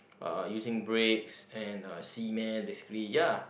uh using bricks and cement basically ya